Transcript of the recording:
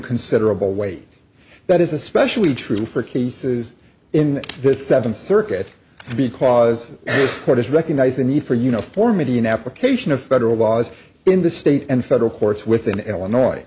considerable weight that is especially true for cases in this seven circuit because it does recognize the need for uniformity in application of federal laws in the state and federal courts within illinois